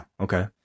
okay